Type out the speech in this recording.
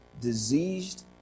diseased